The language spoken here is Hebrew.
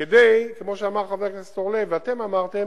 כדי, כמו שאמר חבר הכנסת אורלב ואתם אמרתם,